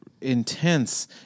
intense